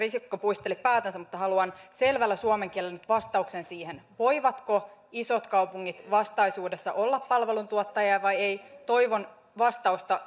ministeri risikko puisteli päätänsä mutta haluan selvällä suomen kielellä nyt vastauksen siihen voivatko isot kaupungit vastaisuudessa olla palveluntuottajia vai ei toivon vastausta